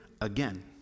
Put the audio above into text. again